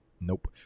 nope